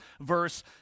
verse